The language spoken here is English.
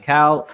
Cal